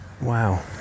Wow